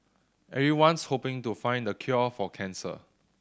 everyone's hoping to find the cure for cancer